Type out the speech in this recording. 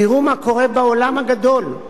תראו מה קורה בעולם הגדול.